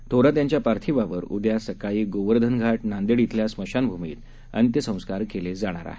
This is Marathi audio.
थोरात यांच्या पार्थिवावर ऊद्या सकाळी गोवर्धन घाट नांदेड इथल्या स्मशानभूमीत अंत्यसंस्कार केले जाणार आहे